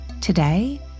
Today